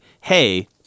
hey